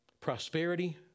Prosperity